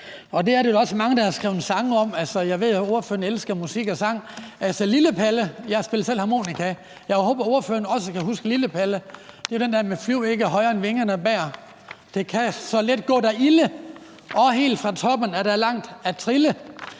Det er der jo også mange der har skrevet sange om. Jeg ved, at ordføreren elsker musik og sang. Jeg spiller selv harmonika, og jeg håber, at ordføreren også kan huske Lille Palle – det er den der med: »Flyv ikke høj're end vingerne bær'/ ... /det kan så let gå dig ilde/og helt fra toppen er der langt at trille«.